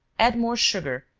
add more sugar,